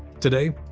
today,